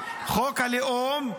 חוק הלאום,